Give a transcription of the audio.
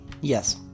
Yes